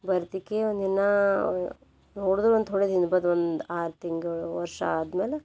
ವರ್ತಿಕ್ಕಿ ಒಂದು ದಿನ ನೋಡಿದ್ರು ಒಂದು ಥೋಡೆ ದಿನ ಬಾದ್ ಒಂದು ಆರು ತಿಂಗಳು ವರ್ಷ ಆದ್ಮೇಲೆ